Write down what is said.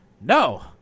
no